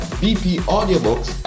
bpaudiobooks